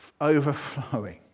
overflowing